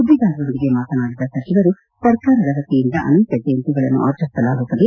ಸುದ್ದಿಗಾರರೊಂದಿಗೆ ಮಾತನಾಡಿದ ಸಚಿವರು ಸರ್ಕಾರದ ವತಿಯಿಂದ ಅನೇಕ ಜಯಂತಿಗಳನ್ನು ಆಚರಿಸಲಾಗುತ್ತದೆ